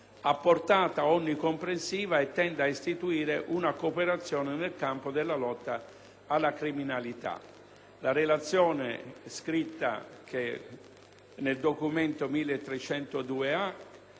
ha portata onnicomprensiva e tende ad istituire una cooperazione nel campo della lotta alla criminalità. La relazione scritta (Atto Senato n.